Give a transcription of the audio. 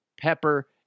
Pepper